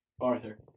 Arthur